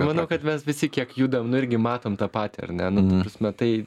manau kad mes visi kiek judam nu irgi matom tą patį ar ne nu ta prasme tai